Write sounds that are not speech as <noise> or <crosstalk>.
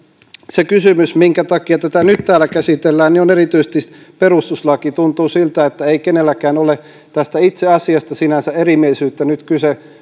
se kysymys minkä takia tätä nyt täällä käsitellään on erityisesti perustuslaki tuntuu siltä että ei kenelläkään ole tästä itse asiasta sinänsä erimielisyyttä nyt kyse <unintelligible>